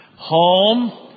Home